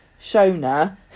Shona